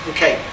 Okay